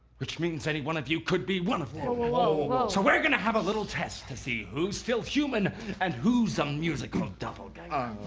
which means any one of you could be one of them? whoa, whoa, whoa so we're gonna have a little test to see who's still human and who's a musical doppelganger?